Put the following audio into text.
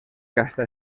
casta